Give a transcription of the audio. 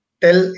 tell